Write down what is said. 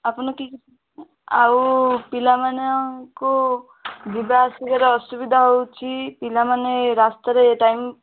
ଆପଣ ଆଉ ପିଲାମାନଙ୍କୁ ଯିବା ଆସିବାରେ ଅସୁଵିଧା ହେଉଛି ପିଲାମାନେ ରାସ୍ତାରେ ଟାଇମ୍